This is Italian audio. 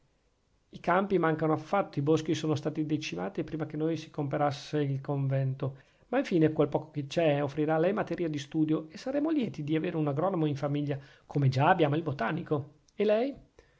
i campi mancano affatto i boschi sono stati decimati prima che noi si comperasse il convento ma infine quel poco che c'è offrirà a lei materia di studio e saremo lieti di avere un agronomo in famiglia come già abbiamo il botanico e lei